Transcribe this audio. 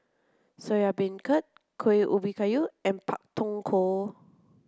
Soya Beancurd Kueh Ubi Kayu and Pak Thong Ko